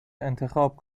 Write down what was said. انتخاب